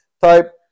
type